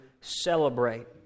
celebrate